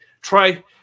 try